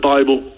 Bible